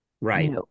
Right